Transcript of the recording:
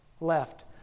left